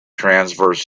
transverse